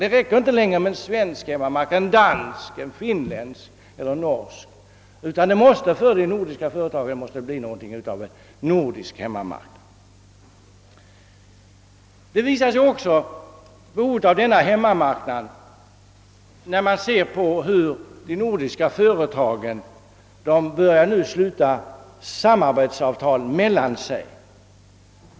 Det räcker inte längre med en svensk, en dansk, en finländsk eller en norsk hemmamarknad, utan det måste bli ett slags nordisk hemmamarknad för de nordiska företagen. Behovet av en sådan nordisk hemmamarknad framträder också när man ser på hur de nordiska företagen börjar sluta samarbetsavtal med varandra.